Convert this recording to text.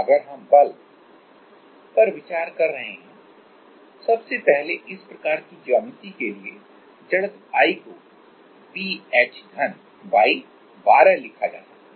अगर हम फोर्स पर विचार कर रहे हैं सबसे पहले इस प्रकार की ज्यामिति के लिए इनर्टिया I को bh312 लिखा जा सकता है